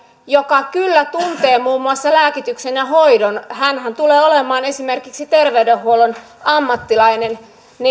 joka kyllä tuntee muun muassa lääkityksen ja hoidon hänhän tulee olemaan esimerkiksi terveydenhuollon ammattilainen